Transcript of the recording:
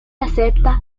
acepta